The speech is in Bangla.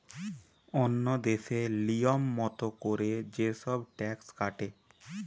ওন্য দেশে লিয়ম মত কোরে যে সব ট্যাক্স কাটে